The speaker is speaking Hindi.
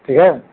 ठीक है